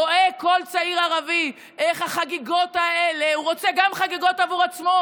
רואה כל צעיר ערבי את החגיגות האלה ורוצה גם חגיגות עבור עצמו.